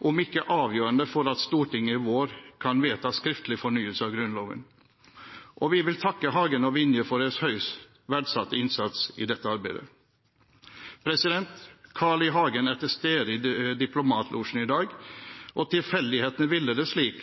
om ikke avgjørende, for at Stortinget i vår kan vedta skriftlig fornyelse av Grunnloven, og vi vil takke Hagen og Vinje for deres høyt verdsatte innsats i dette arbeidet. Carl I. Hagen er til stede i diplomatlosjen i dag. Tilfeldighetene ville det